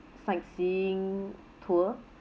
sightseeing tour